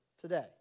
today